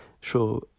Sure